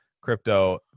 crypto